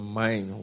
mind